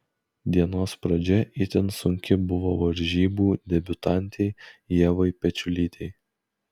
dienos pradžia itin sunki buvo varžybų debiutantei ievai pečiulytei